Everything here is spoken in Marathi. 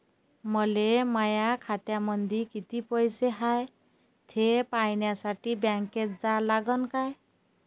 मले माया खात्यामंदी कितीक पैसा हाय थे पायन्यासाठी बँकेत जा लागनच का?